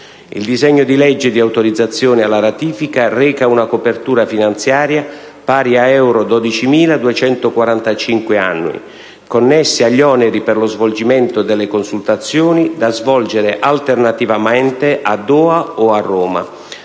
Il disegno di legge di autorizzazione alla ratifica reca una copertura finanziaria pari a euro 12.245 annui, connessi agli oneri per lo svolgimento delle consultazioni, da svolgere alternativamente a Doha o a Roma,